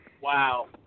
Wow